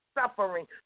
suffering